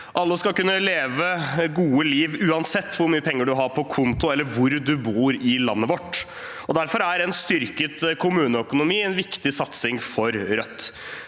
Alle skal kunne leve et godt liv, uansett hvor mye penger man har på konto, eller hvor man bor i landet vårt. Derfor er en styrket kommuneøkonomi en viktig satsing for Rødt.